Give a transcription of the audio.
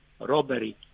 robbery